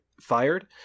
fired